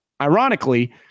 Ironically